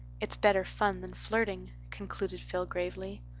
it's better fun than flirting, concluded phil gravely.